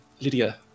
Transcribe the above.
Lydia